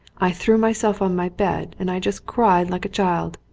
i threw myself on my bed and i just cried like a child.